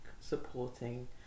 supporting